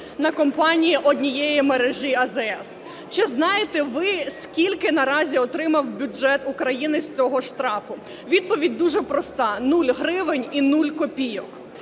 на компанії однієї мережі АЗС. Чи знаєте ви, скільки наразі отримав бюджет України з цього штрафу? Відповідь дуже проста – 0 гривень і 0 копійок.